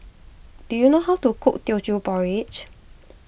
do you know how to cook Teochew Porridge